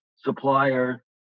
supplier